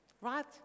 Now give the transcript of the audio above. right